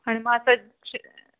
आणि मग आता